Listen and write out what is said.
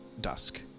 dusk